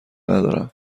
ندارم